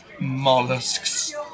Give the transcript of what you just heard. Mollusks